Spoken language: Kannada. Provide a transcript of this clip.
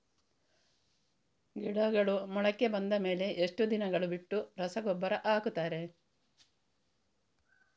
ಗಿಡಗಳು ಮೊಳಕೆ ಬಂದ ಮೇಲೆ ಎಷ್ಟು ದಿನಗಳು ಬಿಟ್ಟು ರಸಗೊಬ್ಬರ ಹಾಕುತ್ತಾರೆ?